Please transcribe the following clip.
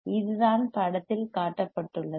இதுதான் படத்தில் காட்டப்பட்டுள்ளது